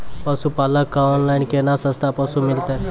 पशुपालक कऽ ऑनलाइन केना सस्ता पसु मिलतै?